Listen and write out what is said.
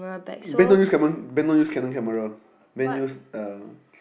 then don't use camera then don't use Canon camera then use the